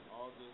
August